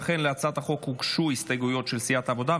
אכן, להצעת החוק הוגשו הסתייגויות של סיעת העבודה.